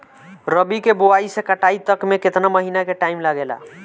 रबी के बोआइ से कटाई तक मे केतना महिना के टाइम लागेला?